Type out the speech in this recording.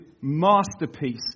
masterpiece